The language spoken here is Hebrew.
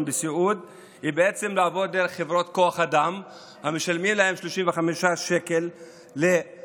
בסיעוד היא לעבוד דרך חברות כוח אדם שמשלמות להם 35 שקל לשעה,